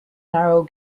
narrow